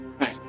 right